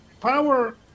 power